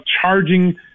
charging